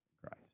Christ